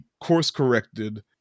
course-corrected